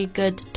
good